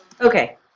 Okay